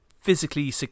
physically